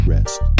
Rest